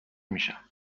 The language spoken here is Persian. میشم